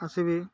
ଆସିବି